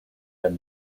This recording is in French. anne